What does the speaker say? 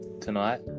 tonight